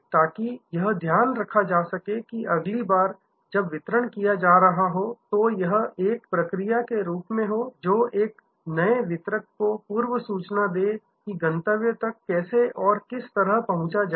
ताकि यह ध्यान रखा जा सके कि अगली बार जब वितरण किया जा रहा हो तो यह एक प्रक्रिया के रूप में हो जो एक नए वितरक को पूर्व सूचना दे की गंतव्य पर कैसे और किस तरह पहुंचा जाए